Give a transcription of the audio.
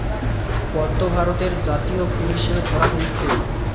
পদ্ম ভারতের জাতীয় ফুল হিসাবে ধরা হইচে